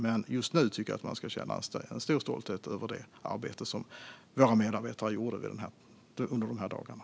Men just nu tycker jag att man ska känna en stor stolthet över det arbete som våra medarbetare gjorde under de här dagarna.